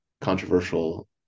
controversial